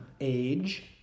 age